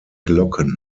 glocken